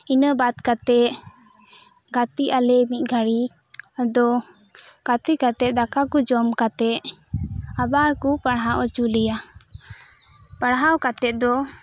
ᱤᱱᱟᱹ ᱵᱟᱫᱽ ᱠᱟᱛᱮᱫ ᱜᱟᱛᱤᱜ ᱟᱞᱮ ᱢᱤᱫ ᱜᱷᱟᱹᱲᱤᱡ ᱟᱫᱚ ᱜᱟᱛᱤ ᱠᱟᱛᱮᱫ ᱫᱟᱠᱟ ᱠᱚ ᱡᱚᱢ ᱠᱟᱛᱮᱫ ᱟᱵᱟᱨ ᱠᱚ ᱯᱟᱲᱦᱟᱣ ᱚᱪᱚ ᱞᱮᱭᱟ ᱯᱟᱲᱦᱟᱣ ᱠᱟᱛᱮᱫ ᱫᱚ